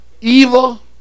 evil